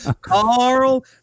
Carl